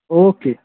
okay